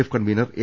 F convener A